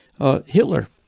Hitler